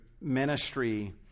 ministry